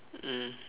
mm